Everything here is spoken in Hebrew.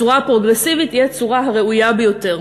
הצורה הפרוגרסיבית היא הצורה הראויה ביותר.